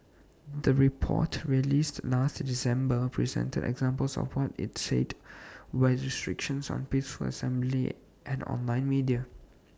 the report released last December presented examples of what IT said were restrictions on peaceful assembly and online media